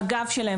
והגב שלהם,